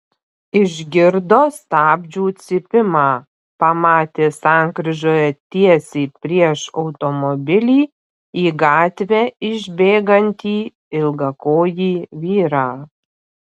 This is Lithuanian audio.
išgirdo stabdžių cypimą pamatė sankryžoje tiesiai prieš automobilį į gatvę išbėgantį ilgakojį vyrą